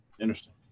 Interesting